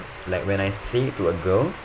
like when I say it to a girl